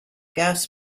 gas